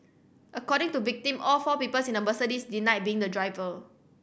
according to victim all four peoples in the Mercedes denied being the driver